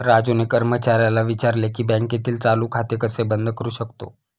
राजूने कर्मचाऱ्याला विचारले की बँकेतील चालू खाते कसे बंद करू शकतो?